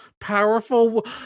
powerful